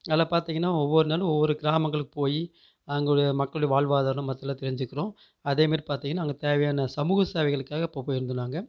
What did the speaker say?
அதில் பார்த்தீங்கன்னா ஒவ்வொரு நாளும் ஒவ்வொரு கிராமங்களுக் போய் அங்கேவுடைய மக்கள் வாழ்வாதாரம் மற்றதுலாம் தெரிஞ்சுக்கிறோம் அதே மாரி பார்த்தீங்கன்னா அங்கே தேவையான சமூக சேவைகளுக்காக இப்போ போயிருந்தோம் நாங்கள்